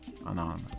Anonymous